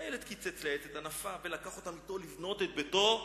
הילד קיצץ לעץ את ענפיו ולקח אותם אתו לבנות את ביתו.